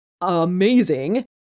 amazing